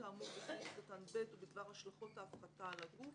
האמור בסעיף קטן (ב) ובדבר השלכות ההפחתה על הגוף,